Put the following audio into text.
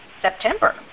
September